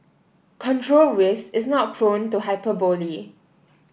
control risk is not prone to hyperbole